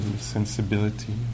sensibility